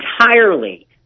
entirely